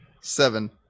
Seven